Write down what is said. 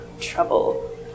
trouble